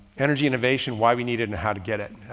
energy innovation, why we need it and how to get it.